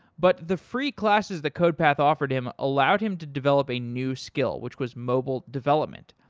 but the free classes that codepath offered him allowed him to develop a new skill, which was mobile development.